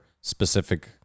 specific